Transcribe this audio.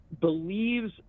Believes